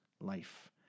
life